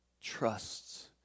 trusts